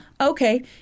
Okay